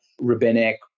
rabbinic